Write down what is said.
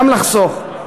גם לחסוך.